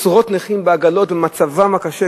עשרות נכים בעגלות במצבם הקשה,